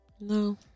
no